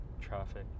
traffic